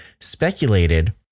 speculated